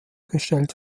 gestellt